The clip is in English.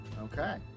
Okay